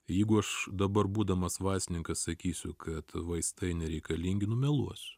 jeigu aš dabar būdamas vaistininkas sakysiu kad vaistai nereikalingi nu meluosiu